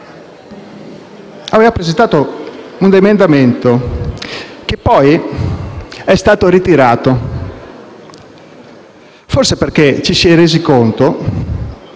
aveva presentato un emendamento, che poi è stato ritirato forse perché ci si è resi conto